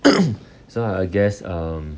so I'll guess um